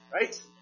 Right